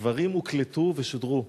הדברים הוקלטו ושודרו,